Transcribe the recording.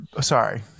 Sorry